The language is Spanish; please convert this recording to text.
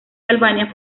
albania